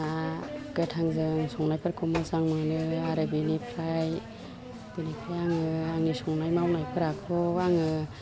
ना गोथांजों संनायफोरखौ मोजां मोनो आरो बिनिफ्राय बिनिफ्राय आङो आंनि संनाय मावनायफोराखौ आङो